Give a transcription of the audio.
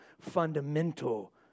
fundamental